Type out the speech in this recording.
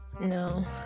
no